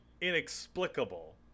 inexplicable